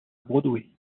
broadway